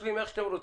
ואמרנו: